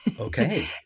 Okay